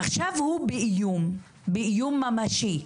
עכשיו הוא באיום, באיום ממשי.